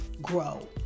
grow